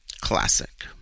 classic